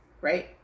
right